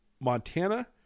Montana